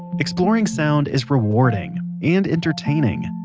exploring sound is rewarding and entertaining.